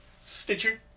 Stitcher